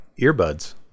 earbuds